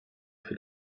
für